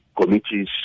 committees